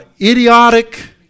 idiotic